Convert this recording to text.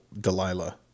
Delilah